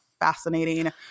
fascinating